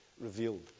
revealed